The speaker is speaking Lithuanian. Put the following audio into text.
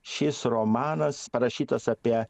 šis romanas parašytas apie